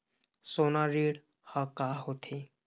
सोना ऋण हा का होते?